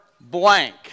blank